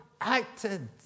acted